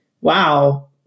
wow